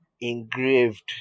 engraved